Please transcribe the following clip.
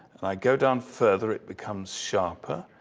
and i go down further, it becomes sharper.